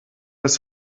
ist